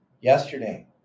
yesterday